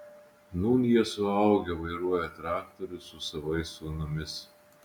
nūn jie suaugę vairuoja traktorius su savais sūnumis